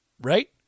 right